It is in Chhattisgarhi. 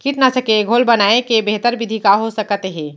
कीटनाशक के घोल बनाए के बेहतर विधि का हो सकत हे?